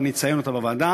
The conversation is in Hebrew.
אבל אני אציין אותה בוועדה.